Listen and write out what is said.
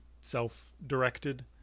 self-directed